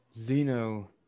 Zeno